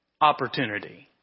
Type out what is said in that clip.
opportunity